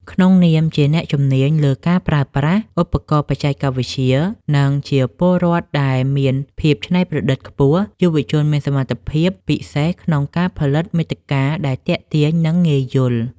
ក្នុងនាមជាអ្នកជំនាញលើការប្រើប្រាស់ឧបករណ៍បច្ចេកវិទ្យា និងជាពលរដ្ឋដែលមានភាពច្នៃប្រឌិតខ្ពស់ យុវជនមានសមត្ថភាពពិសេសក្នុងការផលិតមាតិកាដែលទាក់ទាញ និងងាយយល់។